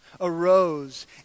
arose